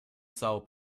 são